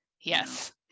yes